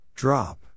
Drop